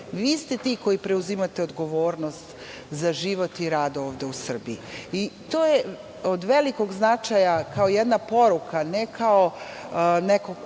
Vi ste ti koji preuzimate odgovornost za život i rad ovde u Srbiji i to je od velikog značaja kao jedna poruka, ne kao neka